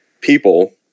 people